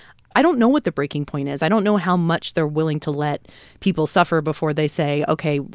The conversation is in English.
i don't know what the breaking point is. i don't know how much they're willing to let people suffer before they say, ok,